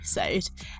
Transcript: episode